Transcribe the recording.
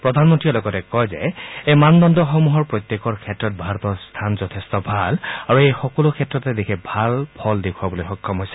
প্ৰধানমন্ত্ৰীয়ে লগতে কয় যে এই মানদণ্ডসমূহৰ প্ৰত্যেকৰ ক্ষেত্ৰতে ভাৰতৰ স্থান যথেষ্ট ভাল আৰু এই সকলো ক্ষেত্ৰতে দেশে ভাল ফল দেখুৱাবলৈ সক্ষম হৈছে